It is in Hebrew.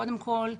קודם כול,